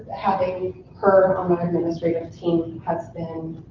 having her on the administrative team has been,